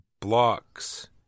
blocks